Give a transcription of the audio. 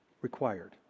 Required